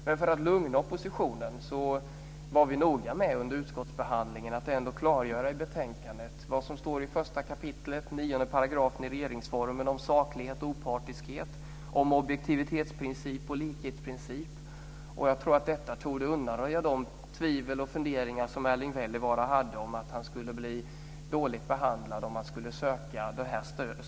Men för att lugna oppositionen ska jag säga att vi under utskottsbehandlingen var noga med att ändå i betänkandet klargöra vad som står i 1 kap. 9 § i regeringsformen om saklighet och opartiskhet och om objektivitetsprincip och likhetsprincip. Jag tror att detta torde undanröja de tvivel och funderingar som Erling Wälivaara hade om att han skulle bli illa behandlad om han skulle söka detta stöd.